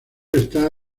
está